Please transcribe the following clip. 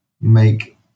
make